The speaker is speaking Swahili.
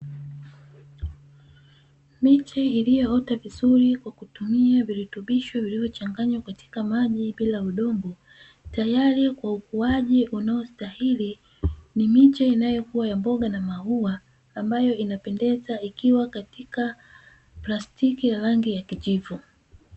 Miche iliyoota vizuri kwa kutumia virutubisho vilivyochanganywa katika maji bila udongo, tayari kwa ukuaji unaostahili, ni miche inayokua ya mboga na maua ambayo inapendeza ikiwa katika plastiki ya rangi ya kijivu.